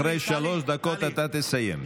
אחרי שלוש דקות אתה תסיים.